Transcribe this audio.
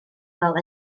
fel